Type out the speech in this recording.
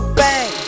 bang